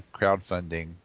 crowdfunding